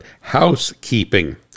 housekeeping